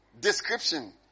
description